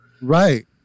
Right